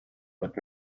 but